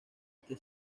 este